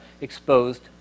exposed